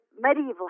medieval